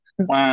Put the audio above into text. Wow